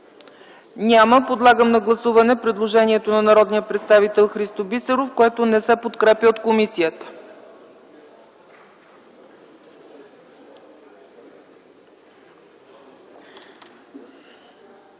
Няма. Подлагам на гласуване предложението на народния представител Христо Бисеров, което не се подкрепя от комисията.